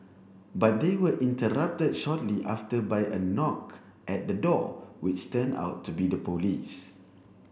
but they were interrupted shortly after by a knock at the door which turned out to be the police